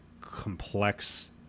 complex